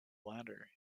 latter